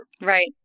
right